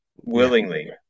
willingly